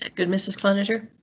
good mrs closure.